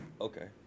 Okay